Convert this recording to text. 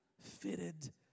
Fitted